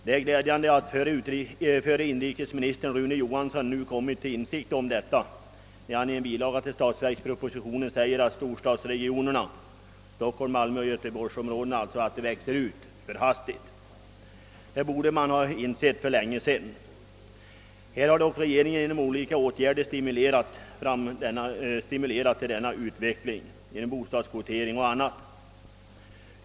Det är glädjande att förre inrikesministern Rune Johansson nu kommit till insikt om detta när han i en bilaga till statsverks propositionen säger att storstadsregionerna Stockholm, Malmö och Göteborg växer ut för hastigt. Det borde man ha insett långt tidigare. Regeringen har dock genom olika åtgärder stimulerat denna utveckling genom bostadskvotering och andra åtgärder.